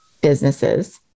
businesses